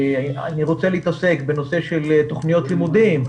אם אני רוצה להתעסק בנושא של תוכניות לימודים,